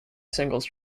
singles